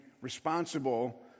responsible